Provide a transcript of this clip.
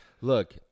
Look